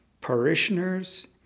parishioners